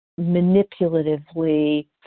manipulatively